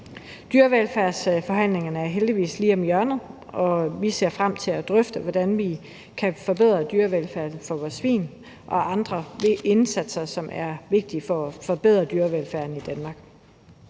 Dyrevelfærdsforhandlingerne er heldigvis lige om hjørnet, og vi ser frem til at drøfte, hvordan vi kan forbedre dyrevelfærden for vores svin og gøre andre indsatser, som er vigtige for at forbedre dyrevelfærden i Danmark.